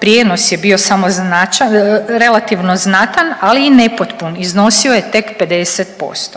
prijenos je bio samo relativno znatan, ali i nepotpun, iznosio je tek 50%.